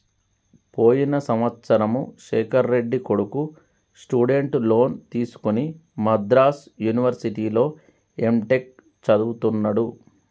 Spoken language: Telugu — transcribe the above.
పోయిన సంవత్సరము శేఖర్ రెడ్డి కొడుకు స్టూడెంట్ లోన్ తీసుకుని మద్రాసు యూనివర్సిటీలో ఎంటెక్ చదువుతున్నడు